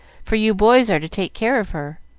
for you boys are to take care of her.